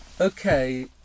okay